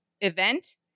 event